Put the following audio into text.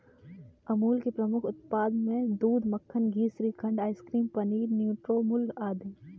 अमूल के प्रमुख उत्पाद हैं दूध, मक्खन, घी, श्रीखंड, आइसक्रीम, पनीर, न्यूट्रामुल आदि